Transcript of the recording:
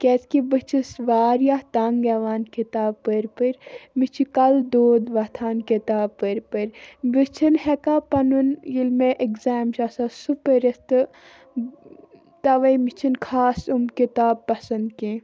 کیٛازِکہِ بہٕ چھَس واریاہ تنٛگ یِوان کِتابہٕ پٔرۍ پٔرۍ مےٚ چھِ کَلہٕ دود وۄتھان کِتابہٕ پٔرۍ پٔرۍ بہٕ چھِ نہٕ ہٮ۪کان پَنُن ییٚلہِ مےٚ اٮ۪کزام چھُ آسان سُہ پٔرِتھ تہٕ تَوَے مےٚ چھِنہٕ خاص یِم کِتاب پَسنٛد کینٛہہ